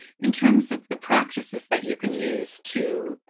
in terms of the practices that you can use to